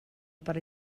per